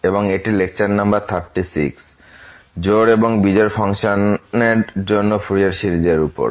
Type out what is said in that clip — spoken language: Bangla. এবং এটি লেকচার নাম্বার 36 জোড় এবং বিজোড় ফাংশনের জন্য ফুরিয়ার সিরিজের উপর